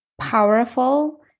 powerful